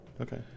okay